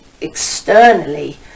externally